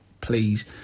please